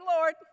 lord